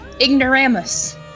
Ignoramus